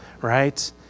right